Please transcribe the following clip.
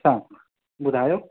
अछा ॿुधायो